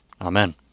Amen